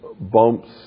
bumps